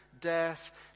death